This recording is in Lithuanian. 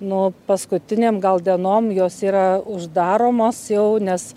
nu paskutinėm gal dienom jos yra uždaromos jau nes